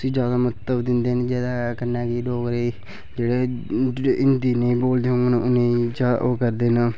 उसी गै जैदा म्हतब दिंदे न जेह्दे कन्नै कि डोगरे जेह्ड़े हिन्दी हिंदी नेईं बोलदे उ'नें ई उं'दे ओह् करदे न